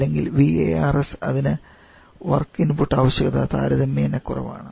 അല്ലെങ്കിൽ VARS അതിന് work input ആവശ്യകത താരതമ്യേന കുറവാണ്